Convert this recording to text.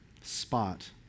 spot